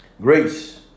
Grace